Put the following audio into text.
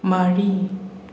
ꯃꯔꯤ